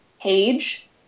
page